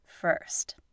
First